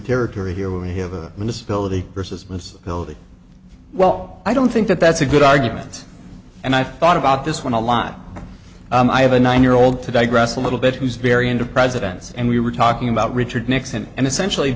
territory here we have a disability versus the civility well i don't think that that's a good argument and i've thought about this one a lot i have a nine year old to digress a little bit who's very into presidents and we were talking about richard nixon and essentially